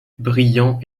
briand